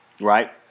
right